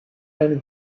and